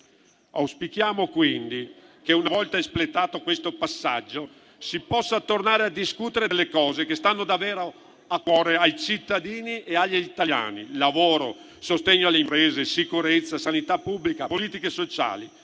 Auspichiamo quindi che, una volta espletato questo passaggio, si possa tornare a discutere delle questioni che stanno davvero a cuore ai cittadini italiani: lavoro, sostegno alle imprese, sicurezza, sanità pubblica o politiche sociali.